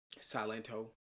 Silento